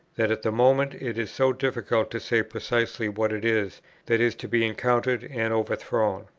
that at the moment it is so difficult to say precisely what it is that is to be encountered and overthrown.